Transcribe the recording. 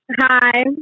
Hi